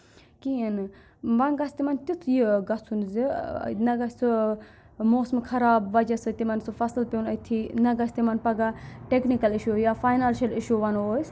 کِہیٖنۍ نہٕ وۄنۍ گژھِ تِمَن تیُتھ یہِ گژھُن زِ نہ گَژھِ سُہ موسم خراب وَجہ سۭتۍ تِمَن سُہ فَصٕل پیٚون أتتھٕے نہ گَژھِ تِمَن پَگاہ ٹیکنِکَل اِشوٗ یا فاینانشَل اِشوٗ وَنو أسۍ